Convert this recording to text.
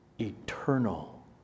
eternal